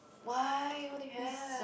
why what do you have